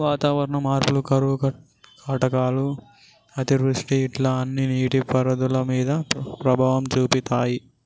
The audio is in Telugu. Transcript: వాతావరణ మార్పులు కరువు కాటకాలు అతివృష్టి ఇట్లా అన్ని నీటి పారుదల మీద ప్రభావం చూపితాయ్